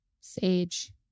sage